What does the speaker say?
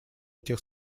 этих